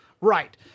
Right